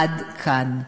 עד כאן.